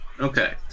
Okay